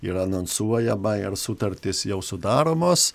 yra anonsuojama ir sutartys jau sudaromos